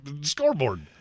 scoreboard